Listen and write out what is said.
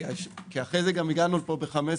כי אחרי זה הגענו ב-15',